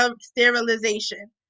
sterilization